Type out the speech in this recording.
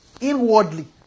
inwardly